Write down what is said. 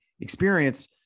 experience